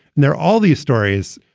and there are all these stories,